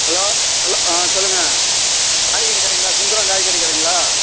hello hello ஆ சொல்லுங்கள் காய்கறி கடைங்களா சுந்தரம் காய்கறி கடைங்களா